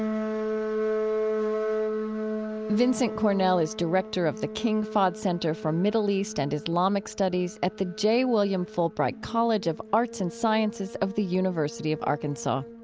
um vincent cornell is director of the king fahd center for middle east and islamic studies at the j. william fulbright college of arts and sciences of the university of arkansas.